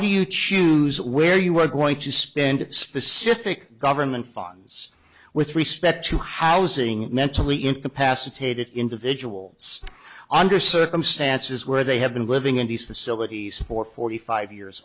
do you choose where you are going to spend specific government funds with respect to housing mentally incapacitated individuals under circumstances where they have been living in these facilities for forty five years